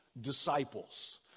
disciples